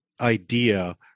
idea